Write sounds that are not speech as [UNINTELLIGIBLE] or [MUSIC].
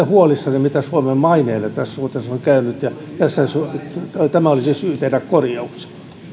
[UNINTELLIGIBLE] huolissanne mitä suomen maineelle tässä suhteessa on käynyt tämä olisi syy tehdä korjauksia